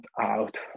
out